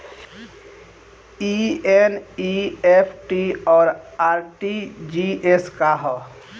ई एन.ई.एफ.टी और आर.टी.जी.एस का ह?